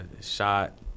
Shot